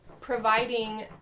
providing